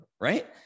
right